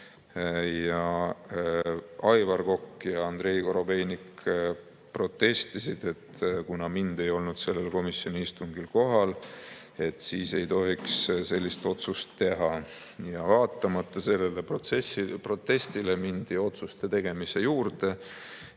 Aivar Kokk ja Andrei Korobeinik protestisid, et kuna mind ei olnud sellel komisjoni istungil kohal, siis ei tohiks sellist otsust teha. Vaatamata sellele protestile, mindi otsuste tegemise juurde